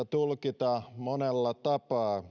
tulkita monella tapaa